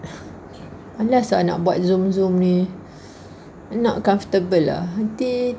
malas lah nak buat zoom zoom ni I'm not comfortable lah nanti